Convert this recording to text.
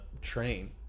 train